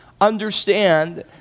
understand